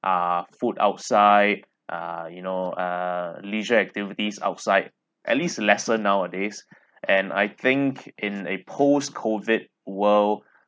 ah food outside uh you know uh leisure activities outside at least lesser nowadays and I think in a post COVID world